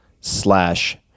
slash